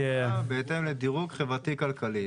בהתאם לדירוג חברתי כלכלי.